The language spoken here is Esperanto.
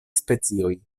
specioj